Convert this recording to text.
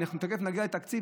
תכף נגיע לתקציב,